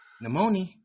Pneumonia